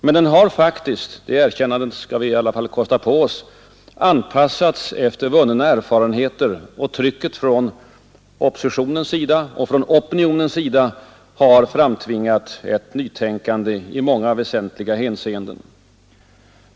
Men den har faktiskt — det erkännandet skall vi i alla fall kosta på oss — anpassats efter vunna erfarenheter. Och trycket från oppositionen och opinionen har framtvingat ett nytänkande i många väsentliga hänseenden.